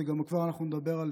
אנחנו כבר נדבר על